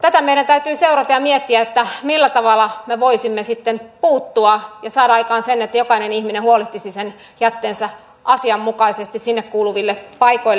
tätä meidän täytyy seurata ja miettiä millä tavalla me voisimme sitten puuttua ja saada aikaan sen että jokainen ihminen huolehtisi sen jätteensä asianmukaisesti sinne kuuluville paikoille